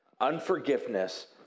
Unforgiveness